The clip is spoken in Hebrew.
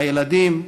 הילדים,